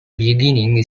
beginning